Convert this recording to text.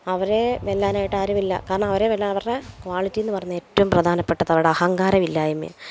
അവരെ വെല്ലാനായിട്ട് ആരുമില്ല കാരണം അവരെ വെല്ലാൻ അവരുടെ ക്വാളിറ്റി എന്ന് പറഞ്ഞാൽ ഏറ്റവും പ്രധാനപ്പെട്ടത് അവരുടെ അഹങ്കാരം ഇല്ലായ്മയാണ്